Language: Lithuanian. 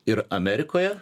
ir amerikoje